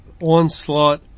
onslaught